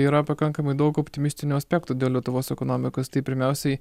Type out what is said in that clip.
yra pakankamai daug optimistinių aspektų dėl lietuvos ekonomikos tai pirmiausiai